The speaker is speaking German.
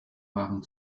waren